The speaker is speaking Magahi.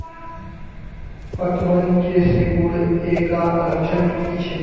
पतबन के सिकुड़ ऐ का लक्षण कीछै?